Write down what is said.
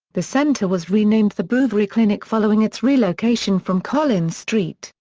the centre was renamed the bouverie clinic following its relocation from collins street,